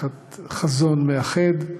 תחת חזון מאחד.